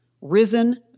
risen